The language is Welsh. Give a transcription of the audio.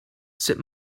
sut